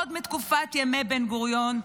עוד מתקופת ימי בן גוריון,